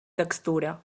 textura